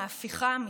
ההפיכה המשטרית.